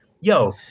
Yo